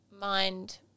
mind